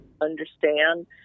understand